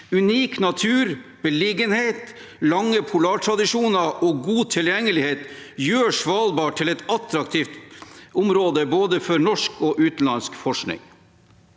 Unik natur, beliggenhet, lange polartradisjoner og god tilgjengelighet gjør Svalbard til et attraktivt område for både norsk og utenlandsk forskning.